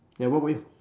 ya what about you